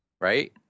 Right